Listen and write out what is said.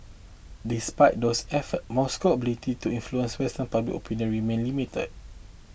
despite these efforts Moscow's ability to influence western public opinion remains limited